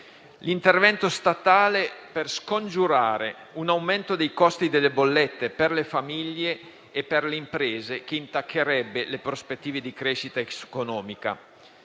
l'intervento statale per scongiurare un aumento dei costi delle bollette, per le famiglie e per le imprese, che intaccherebbe le prospettive di crescita economica.